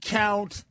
count